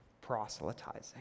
proselytizing